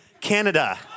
Canada